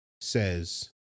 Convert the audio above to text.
says